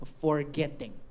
forgetting